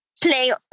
play